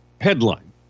headline